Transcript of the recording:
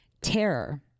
Terror